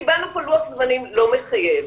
קיבלנו פה לוח זמנים לא מחייב.